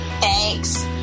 thanks